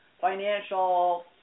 financial